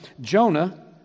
Jonah